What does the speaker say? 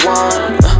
one